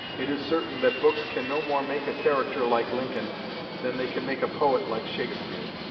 it is certain that books can no more make a character like lincoln than they can make a poet like shakespeare.